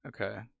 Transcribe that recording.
Okay